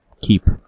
keep